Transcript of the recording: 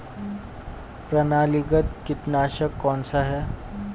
प्रणालीगत कीटनाशक कौन सा है?